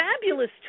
fabulous